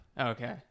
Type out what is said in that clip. okay